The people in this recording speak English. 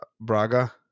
Braga